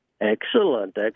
Excellent